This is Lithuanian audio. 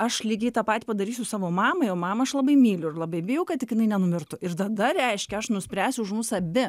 aš lygiai tą patį padarysiu savo mamai o mamą aš labai myliu ir labai bijau kad tik jinai nenumirtų ir tada reiškia aš nuspręsiu už mus abi